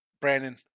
Brandon